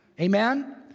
Amen